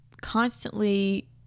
constantly